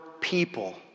people